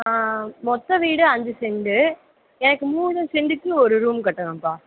ஆ மொத்தம் வீடு அஞ்சு செண்டு எனக்கு மூணு செண்டுக்கு ஒரு ரூம் கட்டணும்பா